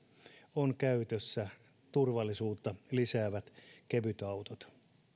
on käytössä turvallisuutta lisäävät kevytautot